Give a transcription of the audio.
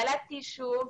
ילדתי שוב.